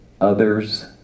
others